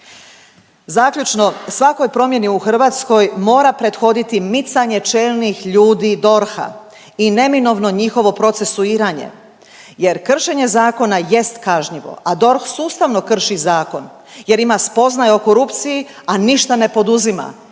Zaključno, svakoj promjeni u Hrvatskoj mora prethoditi micanje čelnih ljudi DORH-a i neminovno njihovo procesuiranje jer kršenje zakona jest kažnjivo, a DORH sustavno krši zakon jer ima spoznaje o korupciji, a ništa ne poduzima